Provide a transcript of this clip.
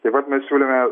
taip pat mes siūlėme